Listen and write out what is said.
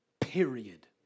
period